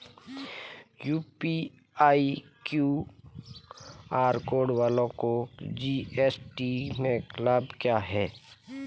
UPI QR code वालों को GST में लाभ क्या है?